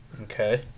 Okay